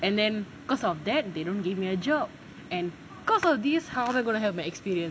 and then because of that they don't give me a job and because of this how am I going to have the experience